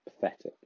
Pathetic